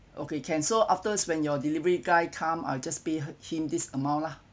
okay can so after when your delivery guy come I'll just pay her him this amount lah